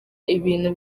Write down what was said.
ibintu